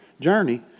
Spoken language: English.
journey